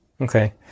okay